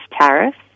tariffs